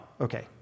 Okay